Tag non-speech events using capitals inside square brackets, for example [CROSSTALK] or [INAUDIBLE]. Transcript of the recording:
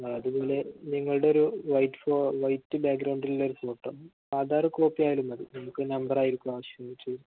ആ അതുപോലെ നിങ്ങളുടെയൊരു വൈറ്റ് ബാക്ക്ഗ്രൗണ്ടിലുള്ളൊരു ഫോട്ടോ ആധാര് കോപ്പിയായാലും മതി നമുക്ക് നമ്പറായിരിക്കും ആവശ്യം [UNINTELLIGIBLE]